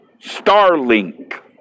Starlink